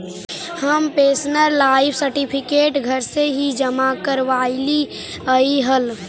हम pensioner life certificate घर से ही जमा करवइलिअइ हल